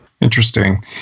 Interesting